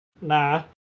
nah